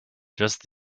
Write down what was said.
just